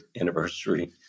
anniversary